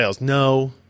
No